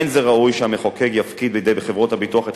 אין זה ראוי שהמחוקק יפקיד בידי חברות הביטוח את